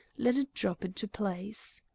let it drop into place.